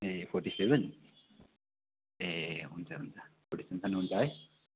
ए forty seven ए हुन्छ हुन्छ फोर्टी सेभेनसम्म हन्छ है